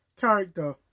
character